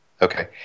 Okay